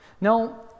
no